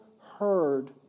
heard